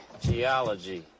Geology